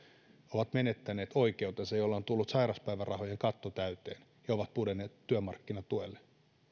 ovat menettäneet oikeutensa joilla on tullut sairaspäivärahojen katto täyteen ja jotka ovat pudonneet työmarkkinatuelle